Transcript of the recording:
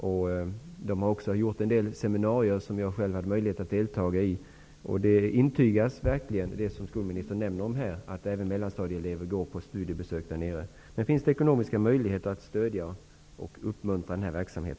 Man har där också ordnat en del seminarier, som jag själv har haft möjlighet att delta i. Skolministern nämnde att även mellanstadieelever gör studiebesök på Svalöv, vilket verkligen kan intygas. Finns det ekonomiska möjligheter att stödja och uppmuntra denna verksamhet?